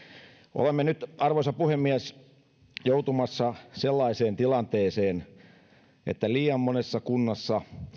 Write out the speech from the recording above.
olemme nyt arvoisa puhemies joutumassa sellaiseen tilanteeseen että liian monessa kunnassa